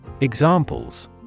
Examples